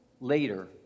later